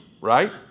right